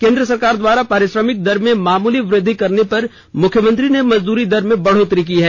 केंद्र सरकार द्वारा पारिश्रमिक दर में मामुली वृद्वि करने पर मुख्यमंत्री ने मजदूरी दर में बढ़ोतरी की है